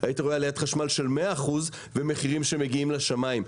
היית רואה עליית חשמל של 100% ומחירים שמגיעים לשמים.